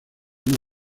una